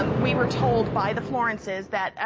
um we were told by the florence's that, ah,